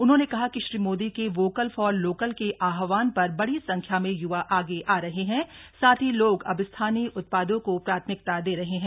उन्होंने कहा कि श्री मोदी के वोकल फॉर लोकल के आह्वान पर बड़ी संख्या में युवा आगे आ रहे हैं साथ ही लोग अब स्थानीय उत्पादों को प्राथमिकता दे रहे हैं